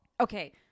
okay